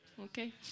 Okay